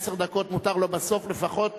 עשר דקות מותר לו גם בסוף לפחות,